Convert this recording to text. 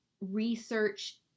research